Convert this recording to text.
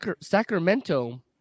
Sacramento